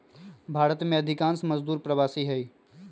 भारत में अधिकांश मजदूर प्रवासी हई